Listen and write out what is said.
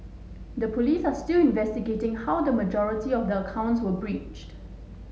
the Police are still investigating how the majority of the accounts were breached